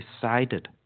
decided